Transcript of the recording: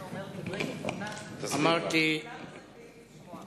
אומר דברי תבונה וכולנו זכאים לשמוע.